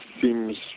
seems